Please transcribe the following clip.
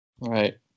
Right